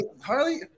Harley